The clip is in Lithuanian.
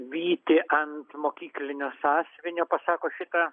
vytį ant mokyklinio sąsiuvinio pasako šitą